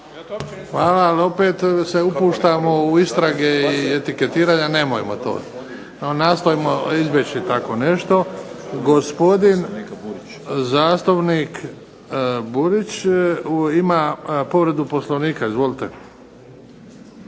Hvala. Ali opet se upuštamo u istrage i etiketiranja. Nemojmo to, nastojmo izbjeći tako nešto. Gospodin zastupnik Burić ima povredu Poslovnika. **Burić,